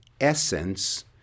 essence